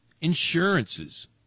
insurances